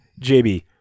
JB